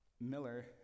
Miller